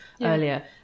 earlier